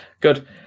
Good